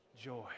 joy